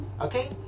okay